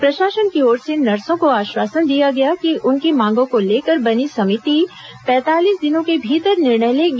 प्रशासन की ओर से नर्सों को आश्वासन दिया गया कि उनकी मांगों को लेकर बनी समिति पैंतालीस दिनों के भीतर निर्णय लेगी